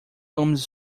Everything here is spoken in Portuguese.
homens